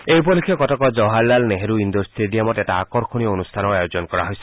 এই উপলক্ষে কটকৰ জৱাহৰলাল নেহৰু ইণ্ডোৰ ট্টেডিয়ামত এটা আকৰ্ষণীয় অনুষ্ঠানৰ আয়োজন কৰা হৈছে